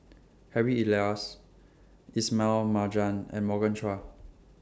Harry Elias Ismail Marjan and Morgan Chua